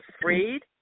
afraid